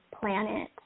planet